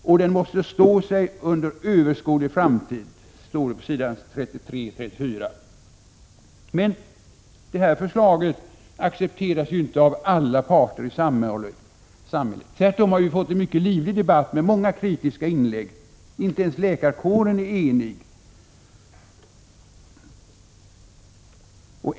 Och den måste stå sig under överskådlig framtid.” Men detta förslag accepteras inte av alla parter i samhället. Tvärtom har vi fått en mycket livlig debatt med många kritiska inlägg. Inte ens läkarkåren är enig.